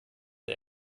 der